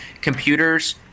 computers